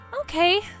Okay